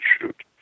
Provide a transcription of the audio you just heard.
shoot